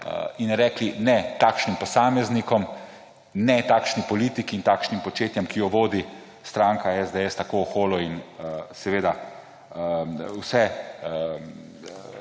in rekli »ne« takšnim posameznikom, »ne« takšni politiki in takšnim početjem, ki jo vodi stranka SDS tako oholo, ko z vso